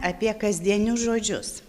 apie kasdienius žodžius